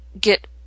get